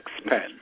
expand